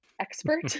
expert